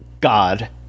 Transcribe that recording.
God